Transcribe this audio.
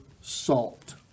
salt